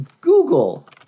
Google